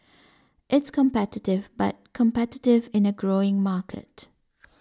it's competitive but competitive in a growing market